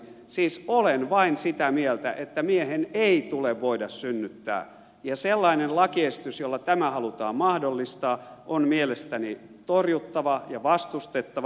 siis olen vain sitä mieltä että miehen ei tule voida synnyttää ja sellainen lakiesitys jolla tämä halutaan mahdollistaa on mielestäni torjuttava ja vastustettava